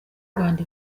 rwanda